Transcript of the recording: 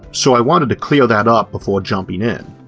so i wanted to clear that up before jumping in.